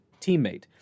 teammate